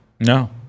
No